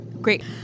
Great